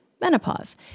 menopause